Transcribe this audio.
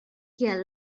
here